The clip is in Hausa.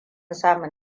samun